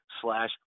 slash